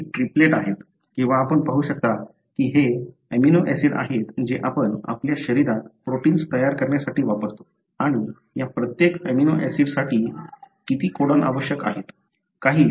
हे ट्रिपलेट आहेत किंवा आपण पाहू शकता की हे अमीनो ऍसिड आहेत जे आपण आपल्या शरीरात प्रोटिन्स तयार करण्यासाठी वापरतो आणि या प्रत्येक अमीनो ऍसिडसाठी किती कोडॉन आवश्यक आहेत